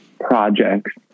projects